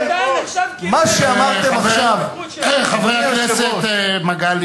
נחשב, חברי הכנסת מגלי